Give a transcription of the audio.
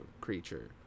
creature